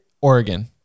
Oregon